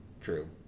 true